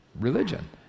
religion